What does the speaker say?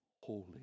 holy